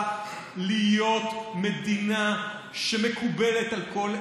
להיות מדינה שמקובלת על כל אזרחיה.